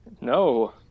No